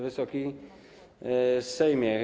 Wysoki Sejmie!